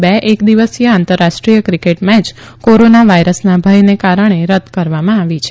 બે એક દિવસીય આંતરરાષ્ટ્રીય ક્રિકેટ મેચ કોરોના વાયરસના ભયને કારણે રદ કરવામાં આવી છે